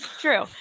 true